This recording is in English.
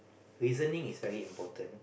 reasoning is very important